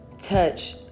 touch